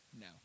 no